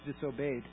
disobeyed